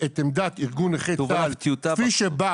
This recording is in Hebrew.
מר